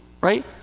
right